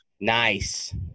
Nice